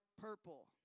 purple